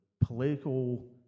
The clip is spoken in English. political